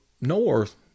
north